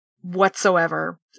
whatsoever